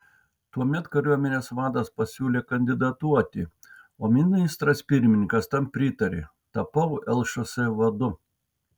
tuomet kariuomenės vadas pasiūlė kandidatuoti o ministras pirmininkas tam pritarė tapau lšs vadu